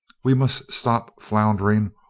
we must stop floundering,